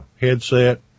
Headset